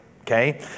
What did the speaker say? Okay